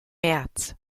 märz